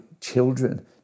children